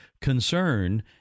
concern